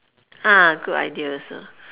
ah good idea also